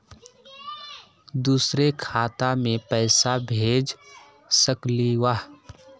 दुसरे खाता मैं पैसा भेज सकलीवह?